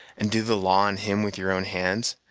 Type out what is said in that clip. and do the law on him with your own hands,